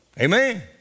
Amen